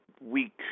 week